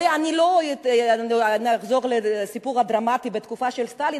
אני לא אחזור לסיפור הדרמטי בתקופה של סטלין,